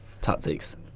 tactics